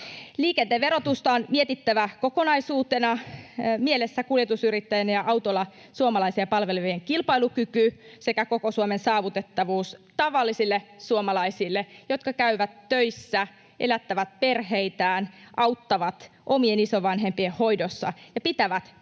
Liikenteen verotusta on mietittävä kokonaisuutena mielessä kuljetusyrittäjien ja autolla suomalaisia palvelevien kilpailukyky sekä koko Suomen saavutettavuus tavallisille suomalaisille, jotka käyvät töissä, elättävät perheitään, auttavat omien isovanhempien hoidossa ja pitävät tätä